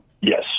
Yes